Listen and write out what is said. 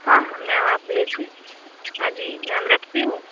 हाँ हाँ मैम आप भेज दीजिए हाँ जी मैम रखती हूँ